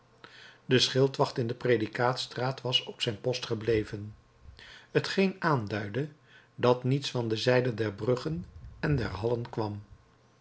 de schildwacht in de predikerstraat was op zijn post gebleven t geen aanduidde dat niets van de zijde der bruggen en der hallen kwam